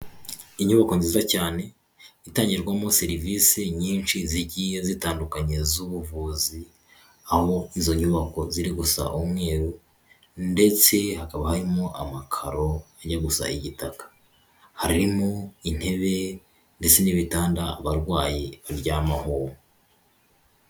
Inyubako nziza cyane itangirwamo serivisi nyinshi zagiye zitandukanye z'ubuvuzi, aho izo nyubako ziri gusa umweru ndetse hakaba harimo amakaro ajya gusa igitaka, harimo intebe ndetse n'ibitanda abarwayi baryamaho.